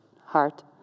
heart